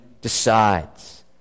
decides